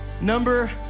Number